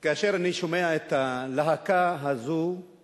כאשר אני שומע את הלהקה הזאת,